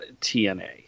TNA